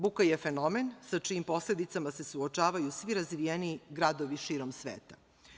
Buka je fenomen sa čijim posledicama se suočavaju svi razvijeniji gradovi širom sveta.